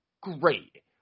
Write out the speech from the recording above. great